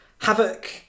Havoc